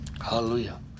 Hallelujah